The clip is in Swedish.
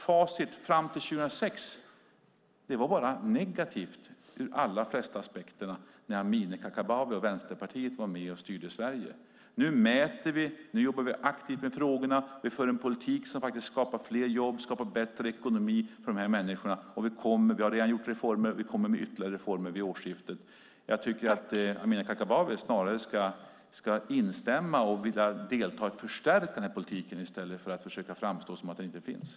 Facit fram till 2006 var negativt ur de allra flesta aspekter. Det var då Amineh Kakabaveh och Vänsterpartiet var med och styrde Sverige. Nu mäter vi, och vi jobbar aktivt med frågorna och för en politik som skapar fler jobb och bättre ekonomi för dessa människor. Vi har redan gjort reformer och kommer med ytterligare reformer vid årsskiftet. Amineh Kakabaveh borde snarare instämma och vilja delta i att förstärka vår politik i stället för att försöka få det att framstå som att den inte finns.